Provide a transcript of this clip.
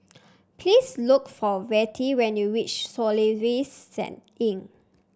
please look for Vertie when you reach Soluxe Inn